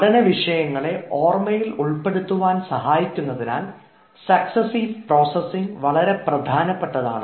പഠന വിഷയങ്ങളെ ഓർമ്മയിൽ ഉൾപ്പെടുത്തുവാൻ സഹായിക്കുന്നതിനാൽ സക്സ്സീവ് പ്രോസസിംഗ് വളരെ പ്രധാനപ്പെട്ടതാണ്